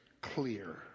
clear